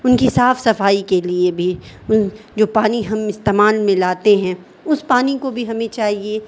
ان کی صاف صفائی کے لیے بھی ان جو پانی ہم استعمال میں لاتے ہیں اس پانی کو بھی ہمیں چاہیے